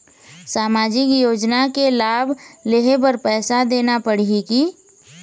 सामाजिक योजना के लाभ लेहे बर पैसा देना पड़ही की?